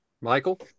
Michael